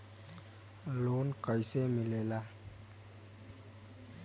Loan कईसे मिलेला?